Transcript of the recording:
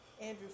Andrew